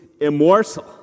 immortal